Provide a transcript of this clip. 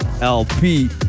LP